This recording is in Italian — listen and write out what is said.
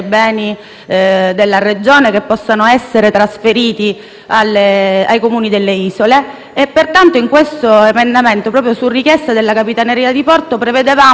possono essere trasferiti ai Comuni delle isole. Con questo emendamento, proprio su richiesta della Capitaneria di porto, prevedevamo la valorizzazione e l'individuazione